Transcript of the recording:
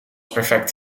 perfect